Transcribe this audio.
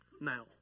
Now